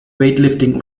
weightlifting